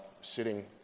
sitting